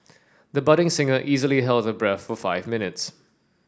the budding singer easily held her breath for five minutes